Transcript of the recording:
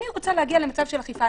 אני רוצה להגיע למצב של אכיפה.